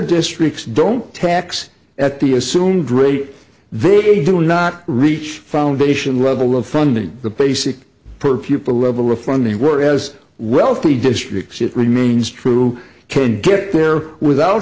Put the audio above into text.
districts don't tax at the assume great they do not reach foundation level of funding the basic per pupil level of funny work as wealthy districts it remains true can get there without